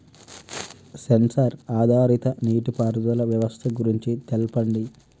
Censor ఆధారిత నీటిపారుదల వ్యవస్థ గురించి తెల్పండి?